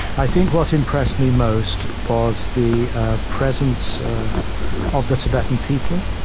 i think what impressed me most was the ah presence of the tibetan people,